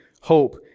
hope